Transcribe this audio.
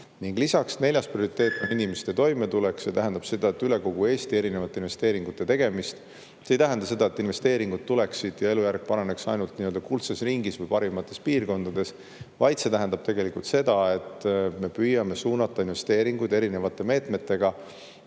lisaks, neljas prioriteet on inimeste toimetulek. See tähendab üle kogu Eesti eri investeeringute tegemist. See ei tähenda seda, et investeeringud tuleksid ja elujärg paraneks ainult nii-öelda kuldses ringis või parimates piirkondades, vaid see tähendab tegelikult seda, et me püüame suunata investeeringuid eri meetmete